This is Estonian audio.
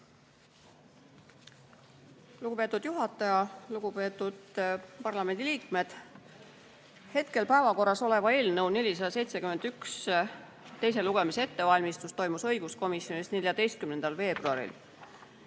Lugupeetud juhataja! Lugupeetud parlamendiliikmed! Hetkel arutusel oleva eelnõu 471 teise lugemise ettevalmistus toimus õiguskomisjonis 14. veebruaril.